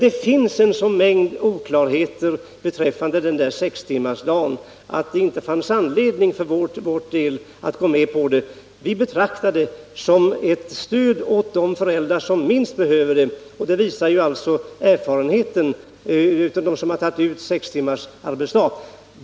Det fanns en sådan mängd oklarheter beträffande sextimmarsarbetsdagen att det inte fanns anledning för vår del att gå med på förslaget. Vi betraktar möjligheten till sex timmars arbetsdag såsom ett stöd åt de föräldrar som minst behöver det. Det visar erfarenheten från dem som har begagnat sig av denna möjlighet.